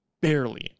Barely